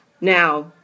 Now